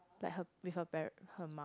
like her with her paren~ her mum